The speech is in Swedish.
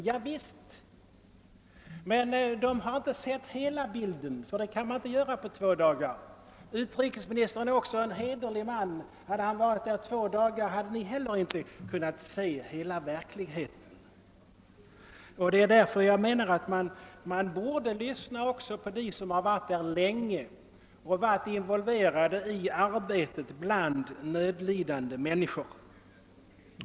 Javisst, men de har inte sett hela bilden — det kan man inte göra på ett par dagar. Utrikesministern är också en hederlig man, men hade han varit där i två dagar, hade han inte heller kunnat se hela verkligheten. Jag menar att man borde lyssna på dem som har vistats där länge och varit involverade i arbetet bland nödlidande människor.